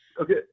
Okay